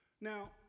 Now